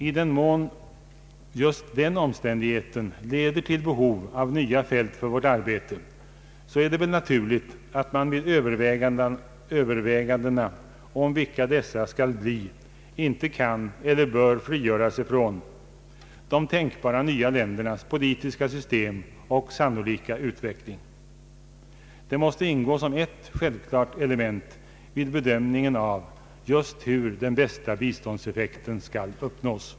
I den mån just den omständigheten leder till behov av nya fält för vårt arbete är det väl naturligt att man vid övervägandena om vilka dessa skall bli inte kan eller bör frigöra sig från de tänkbara nya ländernas politiska system och sannolika utveckling. Det måste ingå som ett självklart element vid bedömningen av just hur den bästa biståndseffekten skall uppnås.